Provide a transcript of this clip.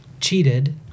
cheated